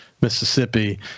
Mississippi